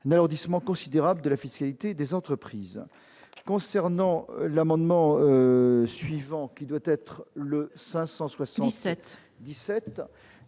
n'alourdissement considérable de la fiscalité des entreprises concernant l'amendement suivant qui doit être le 577